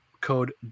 code